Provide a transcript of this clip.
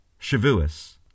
Shavuos